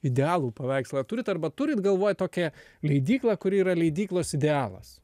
idealų paveikslą turit arba turit galvoj tokią leidykla kuri yra leidyklos idealas